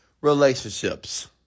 relationships